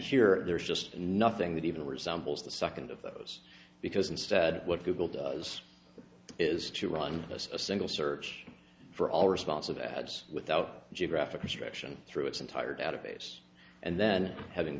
here there's just nothing that even resembles the second of those because instead what google does is to run a single search for all responsive ads without geographic restriction through its entire database and then having